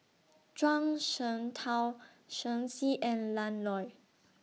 Zhuang Shengtao Shen Xi and Lan Loy